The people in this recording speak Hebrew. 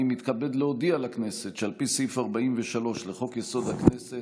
אני מתכבד להודיע לכנסת שעל פי סעיף 43 לחוק-יסוד: הכנסת,